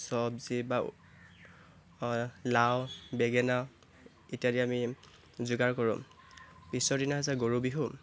চব্জি বা লাও বেঙেনা ইত্যাদি আমি যোগাৰ কৰোঁ পিছৰ দিনা হৈছে গৰু বিহু